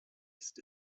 ist